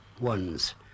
ones